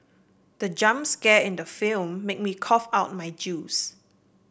the jump scare in the film made me cough out my juice